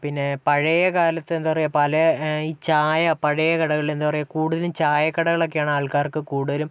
പിന്നെ പഴയകാലത്ത് എന്താ പറയുക പല ഈ ചായ പഴയ കടകളില് എന്താ പറയുക കൂടുതലും ചായ കടകളൊക്കെയാണ് ആള്ക്കാര്ക്ക് കൂടുതലും